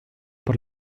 por